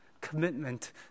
Commitment